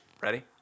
Ready